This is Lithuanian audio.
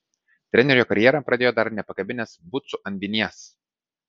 trenerio karjerą pradėjo dar nepakabinęs bucų ant vinies